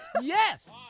Yes